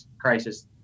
crisis